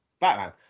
Batman